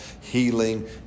healing